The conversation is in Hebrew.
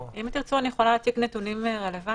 אם תרצו, אני יכולה להציג נתונים רלוונטיים